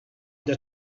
that